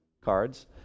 cards